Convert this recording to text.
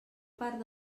part